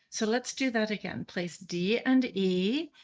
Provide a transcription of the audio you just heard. so let's do that again. place d and e,